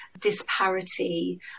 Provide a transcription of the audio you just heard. disparity